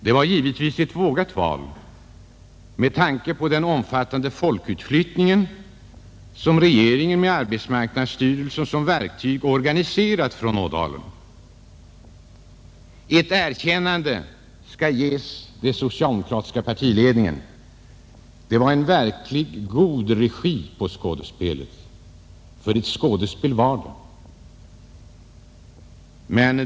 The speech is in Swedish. Det var givetvis ett vågat val med tanke på den omfattande folkutflyttning från Ådalen som regeringen med arbetsmarknadsstyrelsen som verktyg organiserat. Ett erkännande skall ges den socialdemokratiska partiledningen: Det var en verkligt god regi på skådespelet. För ett skådespel var det.